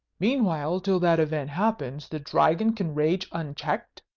meanwhile, till that event happen, the dragon can rage unchecked?